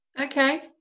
okay